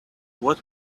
what